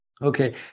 Okay